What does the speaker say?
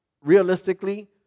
Realistically